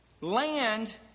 Land